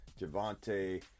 Javante